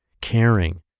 caring